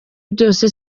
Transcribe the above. byose